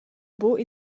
buc